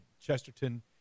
Chesterton